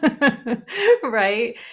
right